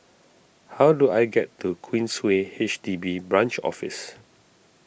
how do I get to Queensway H D B Branch Office